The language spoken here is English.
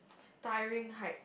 tiring hike